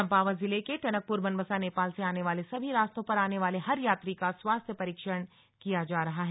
चम्पावत जिले के टनकपुर बनबसा नेपाल से आने जाने वाले सभी रास्तों पर आने वाले हर यात्री का स्वास्थ्य परीक्षण किया जा रहा है